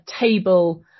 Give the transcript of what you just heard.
table